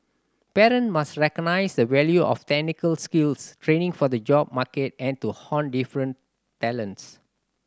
parent must recognise the value of technical skills training for the job market and to hone different talents